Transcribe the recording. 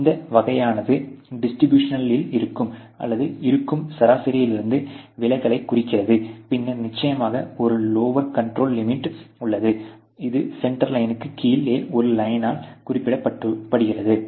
இந்த வகையானது டிஸ்ட்ரிபியூஷனில் இருக்கும் அல்லது இருக்கும் சராசரியிலிருந்து விலகல்களைக் குறிக்கிறது பின்னர் நிச்சயமாக ஒரு லோயர் கண்ட்ரோல் லிமிட் உள்ளது இது சென்டர் லையனுக்கு கீழே ஒரு லயானல் குறிப்பிடப்படுகிறது